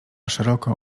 szeroko